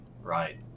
right